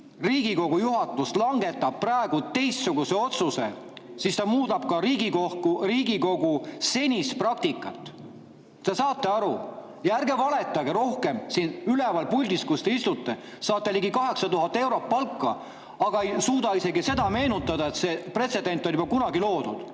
Riigikogu juhatus langetab praegu teistsuguse otsuse, siis ta muudab Riigikogu senist praktikat. Te saate aru ja ärge valetage rohkem seal üleval puldis, kus te istute. Te saate ligi 8000 eurot palka, aga ei suuda isegi seda meenutada, et see pretsedent on juba kunagi loodud.